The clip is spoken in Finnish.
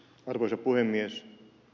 arvoisa puhemies